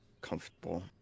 comfortable